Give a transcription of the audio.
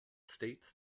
states